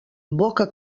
boca